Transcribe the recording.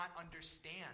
understand